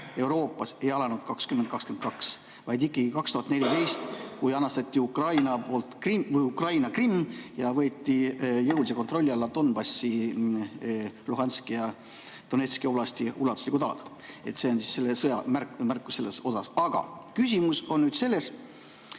Euroopas ei alanud 2022, vaid ikkagi 2014, kui anastati Ukraina Krimm ja võeti jõulise kontrolli alla Donbassi, Luhanski ja Donetski oblasti ulatuslikud alad. See on märkus selle kohta. Aga küsimus on nüüd selles,